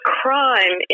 crime